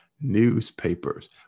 newspapers